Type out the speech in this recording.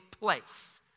place